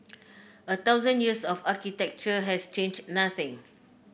a thousand years of architecture has changed nothing